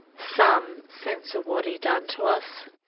some sense of what he'd done to us.